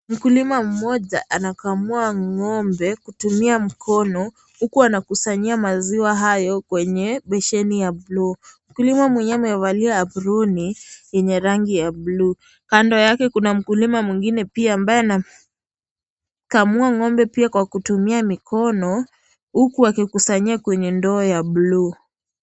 Mkulima mmoja anakamua ngo'mbe kutumia mkono huku anakusanyia maziwa hayo kwenye besheni ya bluu. Mkulima mwenyewe amevalia aproni yenye rangi ya bluu. Kando yake kuna mkulima mwengine pia ambaye anakamua ngo'mbe pia kwa kutumia mikono huku akiusanyia kwenye ndoo ya bluu.